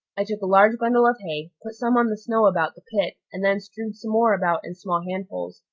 i took a large bundle of hay, put some on the snow about the pit, and then strewed some more about in small handfuls,